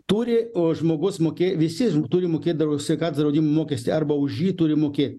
turi o žmogus moki visi turi mokėt dav sveikatos draudimo mokestį arba už jį turi mokėti